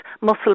muscle